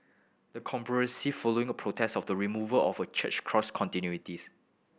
the following a protests of the removal of a church cross